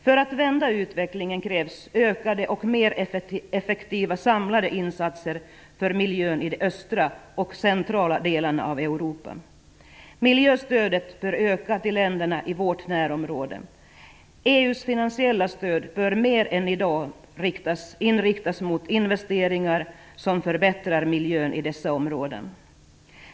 För att vända utvecklingen krävs ökade och mer effektiva samlade insatser för miljön i de östra och centrala delarna av Europa. Miljöstödet bör öka i vårt närområde. EU:s finansiella stöd bör mer än i dag inriktas mot investeringar som förbättrar miljön i dessa områden.